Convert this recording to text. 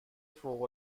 فوق